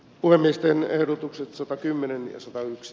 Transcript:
voimistelun ehdotukset satakymmentä satayksi